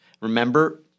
Remember